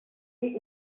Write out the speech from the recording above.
read